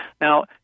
Now